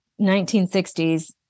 1960s